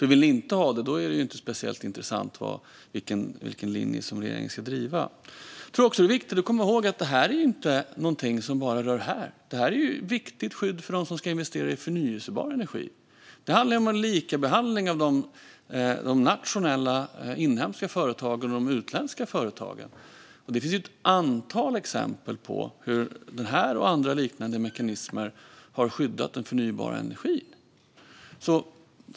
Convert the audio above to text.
Vill ni inte ha det är det inte speciellt intressant vilken linje som regeringen ska driva. Jag tror att det är viktigt att komma ihåg att det här inte är någonting som bara rör vad som händer här. Det är ett viktigt skydd för dem som ska investera i förnybar energi. Det handlar om likabehandling av de inhemska företagen och de utländska företagen. Det finns ett antal exempel på hur den här och andra liknande mekanismer har skyddat den förnybara energin.